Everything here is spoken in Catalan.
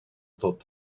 tot